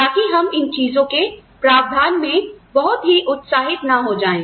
ताकि हम इन चीजों के प्रावधान में बहुत ही उत्साहित ना हो जाए